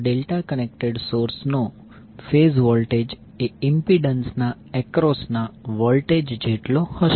તો delta connected સોર્સનો phase voltage એ ઇમ્પિડન્સના એક્રોસના વોલ્ટેજ જેટલો હશે